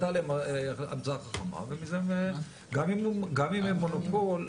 גם אם הם מונופול,